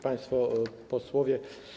Państwo Posłowie!